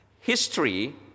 History